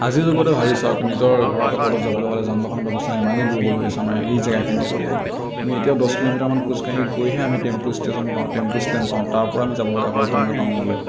আজিৰ যুগতো ভাবি চাওক নিজৰ ঘৰৰ পৰা ক'ৰবাত যাবলৈ হ'লে যান বাহনৰ ব্য়ৱস্থা ইমানেই দূৰ্বল হৈ আছে আমাৰ এই জেগাখিনিতে আমি এতিয়াও দহ কিলোমিটাৰমান খোজকাঢ়ি গৈহে আমি টেম্পু ষ্টেচন পাওঁ টেম্পু ষ্টেণ্ড পাওঁ তাৰ পৰা আমি যাব লগা হয় কমেও টাউনলৈ